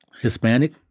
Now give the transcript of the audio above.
Hispanic